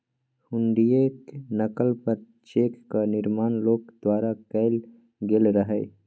हुंडीयेक नकल पर चेकक निर्माण लोक द्वारा कैल गेल रहय